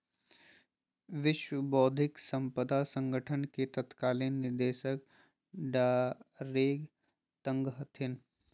विश्व बौद्धिक साम्पदा संगठन के तत्कालीन निदेशक डारेंग तांग हथिन